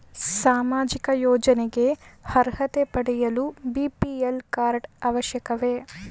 ಸಾಮಾಜಿಕ ಯೋಜನೆಗೆ ಅರ್ಹತೆ ಪಡೆಯಲು ಬಿ.ಪಿ.ಎಲ್ ಕಾರ್ಡ್ ಅವಶ್ಯಕವೇ?